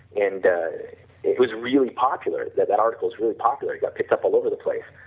and it was really popular, that that article is really popular it got picked up all over the place,